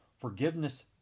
Forgiveness